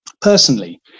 Personally